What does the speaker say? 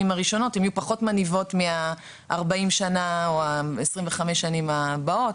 הראשונות יהיו פחות מניבות מ- 40 או 25 השנה הבאות,